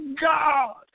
God